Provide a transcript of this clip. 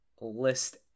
list